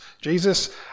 Jesus